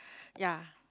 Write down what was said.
yea